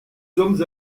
sommes